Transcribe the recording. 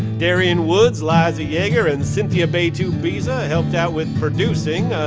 darian woods, liza yeager and cynthia betubiza helped out with producing.